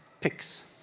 picks